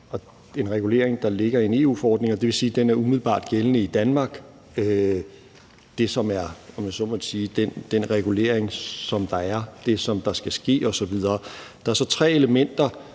en regulering, der ligger i en EU-forordning, og det vil sige, at den er umiddelbart gældende i Danmark – det, som er, om jeg så må sige, den regulering, der er, det, der skal ske osv. Der er så tre elementer,